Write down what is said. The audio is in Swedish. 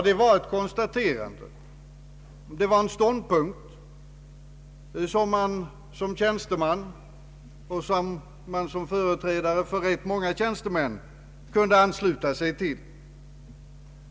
Det var ett konstaterande, och det var en ståndpunkt som man i egenskap av tjänsteman och företrädare för rätt många tjänstemän kunde ansluta sig till.